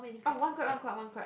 oh one crab one crab one crab